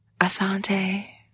Asante